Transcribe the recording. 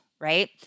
right